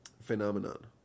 phenomenon